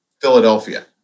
Philadelphia